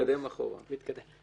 מעבר לזה,